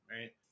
Right